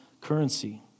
currency